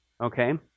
okay